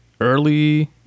early